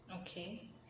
okay